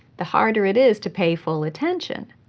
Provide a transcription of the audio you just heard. the harder it is to pay full attention.